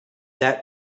that